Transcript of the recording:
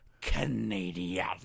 Canadian